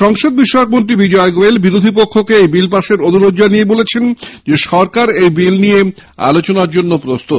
সংসদ বিষয়কমন্ত্রী বিজয় গোয়েল বিরোধী পক্ষকে এই বিল পাশের অনুরোধ জানিয়ে বলেন সরকার এই বিল নিয়ে আলোচনার জন্য প্রস্তুত